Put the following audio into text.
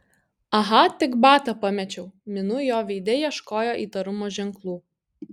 aha tik batą pamečiau minu jo veide ieškojo įtarumo ženklų